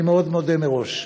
אני מודה מאוד מראש.